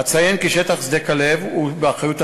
אציין כי שטח שדה-כלב הוא באחריות הצבא,